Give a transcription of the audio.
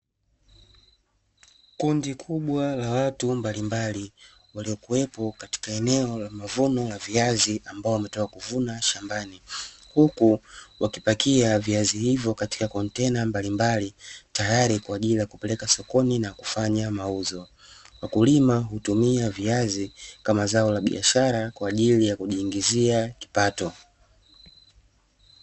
Kundi kubwa la watu mbalimbali, waliokuwepo katika eneo la mavuno ya viazi ambao wametoa kuvuna shambani, huku wakipakia viazi hivyo katika kontena mbalimbali, tayari kwa ajili ya kupeleka sokoni na kufanya mauzo. Wakulima hutumia viazi kama zao la biashara kwa ajili ya kujiingizia kipato.